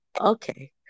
Okay